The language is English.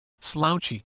slouchy